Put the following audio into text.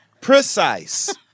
Precise